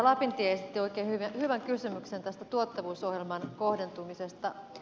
lapintie esitti oikein hyvän kysymyksen tästä tuottavuusohjelman kohdentumisesta